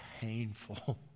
painful